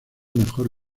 mejor